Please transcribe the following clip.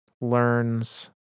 learns